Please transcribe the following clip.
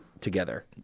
together